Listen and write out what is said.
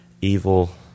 evil